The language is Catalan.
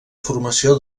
formació